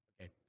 okay